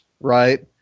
right